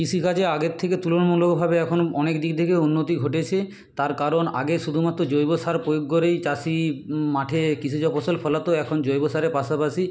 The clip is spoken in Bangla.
কৃষিকাজে আগের থেকে তুলনামূলকভাবে এখন অনেক দিক থেকে উন্নতি ঘটেছে তার কারণ আগে শুধুমাত্র জৈব সার প্রয়োগ করেই চাষি মাঠে কৃষিজ ফসল ফলাতো এখন জৈব সারের পাশাপাশি